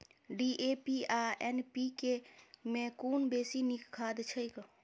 DAP आ NPK मे कुन बेसी नीक खाद छैक?